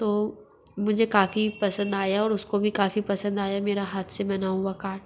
तो मुझे काफ़ी पसन्द आया और उसको भी काफ़ी पसन्द आया मेरा हाथ से बना हुआ कार्ड